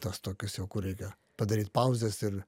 tas tokius jau kur reikia padaryt pauzes ir